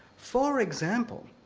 for example,